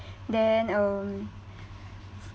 then um